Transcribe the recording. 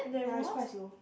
ya it's quite slow